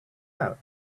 out